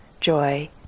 joy